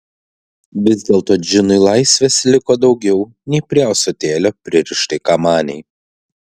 vis dėlto džinui laisvės liko daugiau nei prie ąsotėlio pririštai kamanei